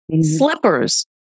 slippers